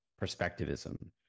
perspectivism